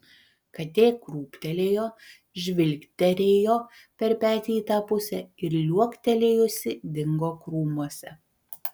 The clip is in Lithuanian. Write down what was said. katė krūptelėjo žvilgterėjo per petį į tą pusę ir liuoktelėjusi dingo krūmuose